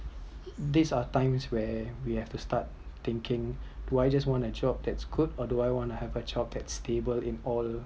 these are times where we have to start thinking do I just want a job that’s good or do I want have a job that stable in all